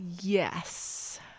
Yes